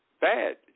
bad